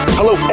hello